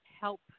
help